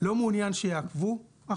בתוך האיתור הזה וסירבו לשתף פעולה?